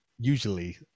usually